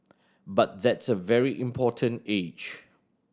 but that's a very important age